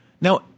Now